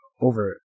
over